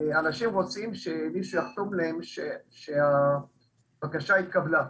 אנשים רוצים שיחתמו להם שהבקשה התקבלה.